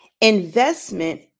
investment